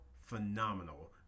phenomenal